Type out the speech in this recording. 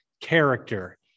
character